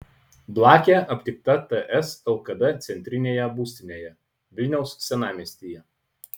blakė aptikta ts lkd centrinėje būstinėje vilniaus senamiestyje